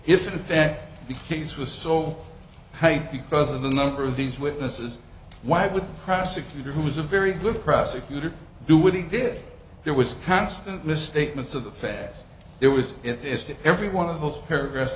if in fact the case was so high because of the number of these witnesses why would prosecutor who was a very good prosecutor do what he did there was constant misstatements of the facts there was if to every one of those paragraphs